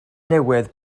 newydd